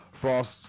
Frost